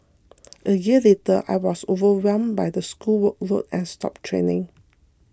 a year later I was overwhelmed by the school workload and stopped training